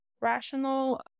rational